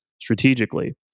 strategically